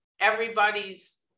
everybody's